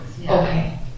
Okay